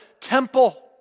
temple